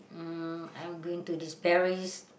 um I'm going to this Paris